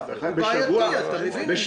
הוא בעייתי, אתה מבין את זה.